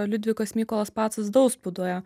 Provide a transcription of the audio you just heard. liudvikas mykolas pacas dauspudoje